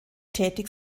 tätig